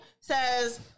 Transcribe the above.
says